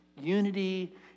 unity